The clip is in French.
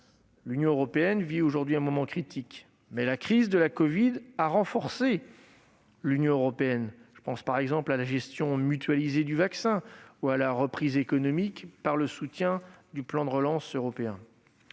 L'Union européenne vit aujourd'hui un moment critique, mais la crise de la covid-19 l'a renforcée ; je pense par exemple à la gestion mutualisée du vaccin ou à la reprise économique rendue possible grâce au soutien du plan de relance européen.